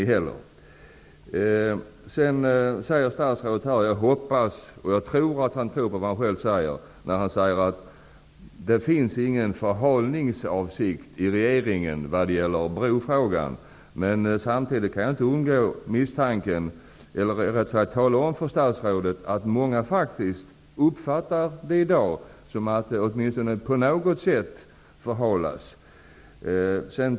Jag hoppas att statsrådet tror på vad han själv säger, när han hävdar att regeringen inte har någon förhalningsavsikt i brofrågan. Samtidigt kan jag inte underlåta att tala om för statsrådet att många i dag faktiskt uppfattar det så att frågan på något sätt förhalas.